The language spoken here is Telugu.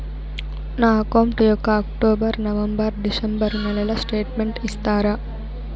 నా అకౌంట్ యొక్క అక్టోబర్, నవంబర్, డిసెంబరు నెలల స్టేట్మెంట్ ఇస్తారా?